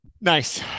Nice